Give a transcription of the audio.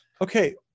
okay